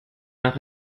nach